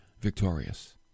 victorious